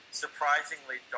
surprisingly